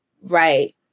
right